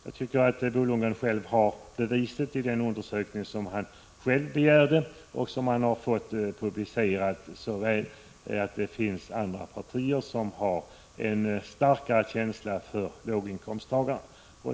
Bo Lundgren kan emellertid finna bevis i den undersökning som han själv har begärt och fått publicerad. Det finns andra partier som har en starkare känsla för låginkomsttagarna.